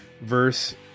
verse